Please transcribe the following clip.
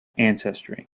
ancestry